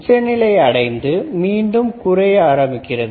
உச்சநிலையை அடைந்து மீண்டும் குறைய ஆரம்பிக்கிறது